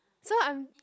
so I'm